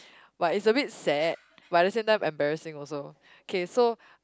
but it's a bit sad but at the same time embarrassing also okay so